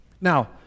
Now